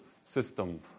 system